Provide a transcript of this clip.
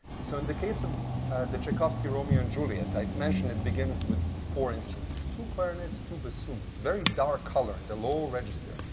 so in the case of tchaikovsky's romeo and juliet, i mentioned it begins with four instruments two clarinets, two bassoons. very dark color in the low register.